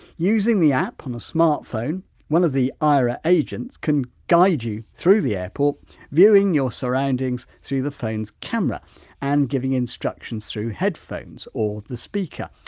using the app on a smartphone one of the aira agents can guide you through the airport viewing your surroundings through the phone's camera and giving instructions through headphones or the speaker.